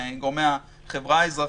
מגורמי החברה האזרחית,